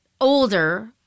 older